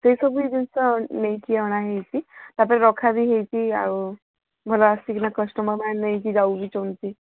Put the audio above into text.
ସେଇସବୁ ଜିନିଷ ବି ନେଇକି ଅଣାହୋଇଛି ତାପରେ ରଖା ବି ହୋଇଛି ଆଉ ଭଲ ଆସିକିନା କଷ୍ଟମର୍ମାନେ ନେଇକି ଯାଉ ବି ଛନ୍ତି